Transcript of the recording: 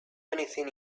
anything